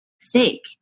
steak